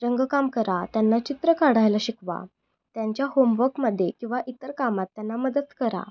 रंगकाम करा त्यांना चित्र काढायला शिकवा त्यांच्या होमवर्कमध्ये किंवा इतर कामात त्यांना मदत करा